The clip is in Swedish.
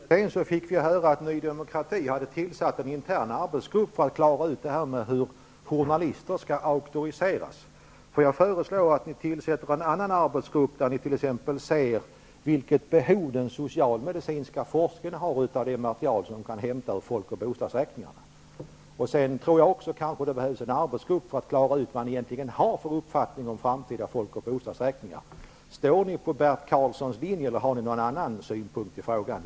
Herr talman! För en halvtimme sedan fick jag höra att Ny demokrati har tillsatt en intern arbetsgrupp för att klara ut hur journalister skall auktoriseras. Får jag föreslå att ni tillsätter en annan arbetsgrupp, som undersöker vilket behov den socialmedicinska forskningen har av det material som kan hämtas från folk och bostadsräkningarna? Det kanske också behövs en arbetsgrupp för att klara ut vad ni egentligen har för uppfattning om framtida folk och bostadsräkningar. Står ni på Bert Karlssons linje, eller har ni en annan synpunkt i frågan?